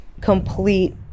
complete